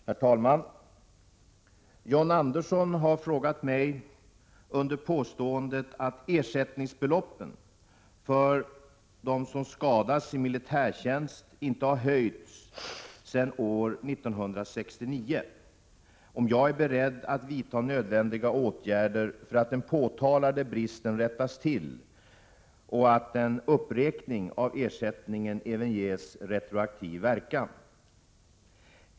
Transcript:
Herr talman! John Andersson har — med hänvisning till påståendet att ersättningsbeloppen för dem som skadas i militärtjänst inte har höjts sedan år 1969 — frågat mig om jag är beredd att vidta nödvändiga åtgärder för att den påtalade bristen skall kunna rättas till och för att en uppräkning av ersättningen även skall ges retroaktiv verkan.